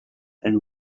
and